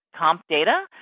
CompData